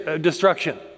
destruction